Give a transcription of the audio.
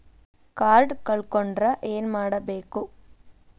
Card ಕಳ್ಕೊಂಡ್ರ ಏನ್ ಮಾಡಬೇಕು?